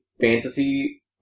fantasy